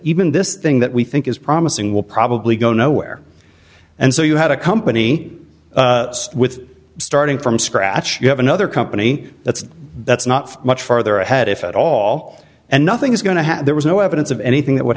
even this thing that we think is promising will probably go nowhere and so you had a company with starting from scratch you have another company that's that's not much farther ahead if at all and nothing's going to happen there was no evidence of anything that would